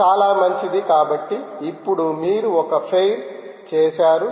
కాబట్టి చాలా మంచిది కాబట్టి ఇప్పుడు మీరు ఒక పెయిర్ చేశారు